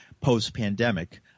post-pandemic